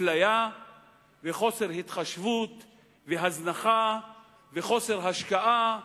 אפליה וחוסר התחשבות והזנחה וחוסר השקעה,